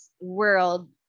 world